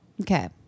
Okay